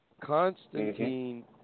Constantine